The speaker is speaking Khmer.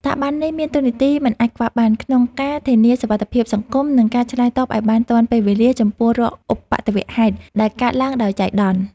ស្ថាប័ននេះមានតួនាទីមិនអាចខ្វះបាន ក្នុងការធានាសុវត្ថិភាពសង្គម និងការឆ្លើយតបឱ្យបានទាន់ពេលវេលា ចំពោះរាល់ឧបទ្ទវហេតុដែលកើតឡើងដោយចៃដន្យ។